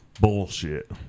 Bullshit